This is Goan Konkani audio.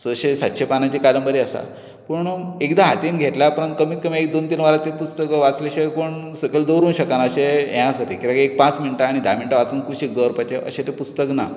सयशे सातशे पानांची कादंबरी आसा पूण एकदां हातींत घेतल्या उपरांत कमीत कमी एक दोन तीन वरांत तें पुस्तक वाचून अशें कोण सकयल दवरूंक शकना अशें हें आसा तें कित्याक एक पांच मिणटां आनी धा मिणटां वाचून कुशीक दवरपाचें अशें तें पुस्तक ना